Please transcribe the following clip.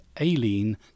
Aileen